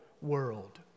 world